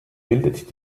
bildet